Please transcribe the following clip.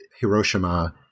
Hiroshima